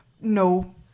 no